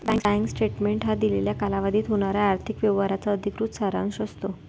bank statement हा दिलेल्या कालावधीत होणाऱ्या आर्थिक व्यवहारांचा अधिकृत सारांश असतो